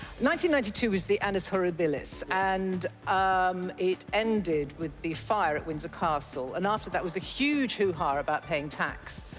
ninety ninety two was the annus horribilis and um it ended with the fire at windsor castle, and after that was a huge hoo-ha about paying tax.